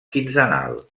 quinzenal